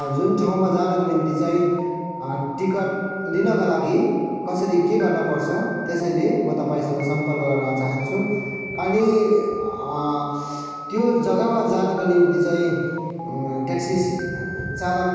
जुन ठाउँमा जानको निम्ति चाहिँ टिकट लिनको लागि कसरी के गर्न पर्छ त्यसैले म तपाईँसँग सम्पर्क गर्न चाहन्छु अनि त्यो जग्गामा जानको निम्ति चाहिँ ट्याक्सि चालक